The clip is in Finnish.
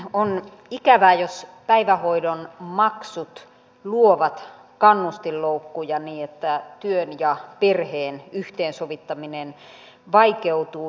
on ikävää jos päivähoidon maksut luovat kannustinloukkuja niin että työn ja perheen yhteensovittaminen vaikeutuu